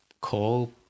call